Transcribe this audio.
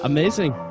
Amazing